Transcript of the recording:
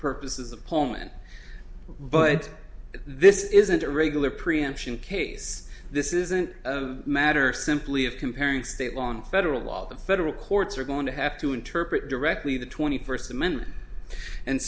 purposes of poland but this isn't a regular preemption case this isn't a matter simply of comparing state law on federal law the federal courts are going to have to interpret directly the twenty first amendment and